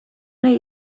nahi